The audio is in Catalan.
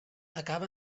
acaba